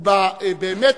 ובאמת